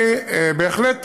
בהחלט,